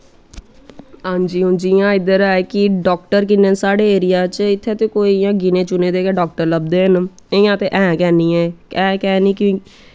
हां जी हुन जियां इध्दर ऐ कि डाक्टर किन्ने न साढ़े एरिया च इत्थें ते कोई इ'यां गिने चुने दे गै डाक्टर लब्भदे न इ'यां ते है गै नी ऐ है कैंह् नी क्योंकि